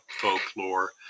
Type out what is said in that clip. folklore